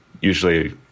Usually